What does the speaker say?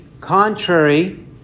contrary